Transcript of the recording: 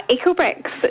eco-bricks